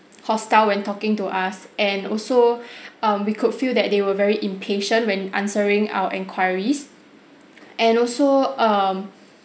hostile when talking to us and also um we could feel that they were very impatient when answering our enquiries and also um